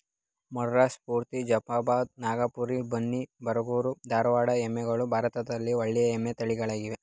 ಮುರ್ರಾ, ಸ್ಪೂರ್ತಿ, ಜಫ್ರಾಬಾದ್, ನಾಗಪುರಿ, ಬನ್ನಿ, ಬರಗೂರು, ಧಾರವಾಡ ಎಮ್ಮೆಗಳು ಭಾರತದ ಒಳ್ಳೆಯ ಎಮ್ಮೆ ತಳಿಗಳಾಗಿವೆ